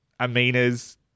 Amina's